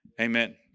Amen